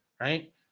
right